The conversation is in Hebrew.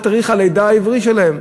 מה תאריך הלידה העברי שלהם.